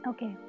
Okay